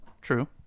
true